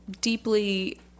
deeply